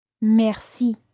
Merci